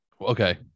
Okay